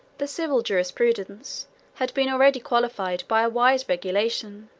the civil jurisprudence had been already qualified by a wise regulation,